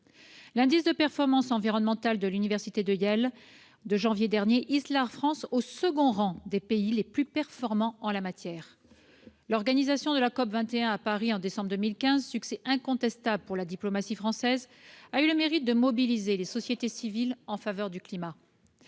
L'indice de performance environnementale de l'université de Yale, de janvier dernier, hisse la France au second rang des pays les plus performants en la matière. L'organisation de la COP21 à Paris en décembre 2015, succès incontestable pour la diplomatique française, a eu le mérite de mobiliser les sociétés civiles en faveur du climat.